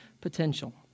potential